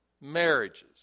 marriages